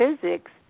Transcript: physics